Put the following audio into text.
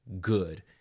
good